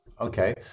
okay